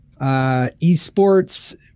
Esports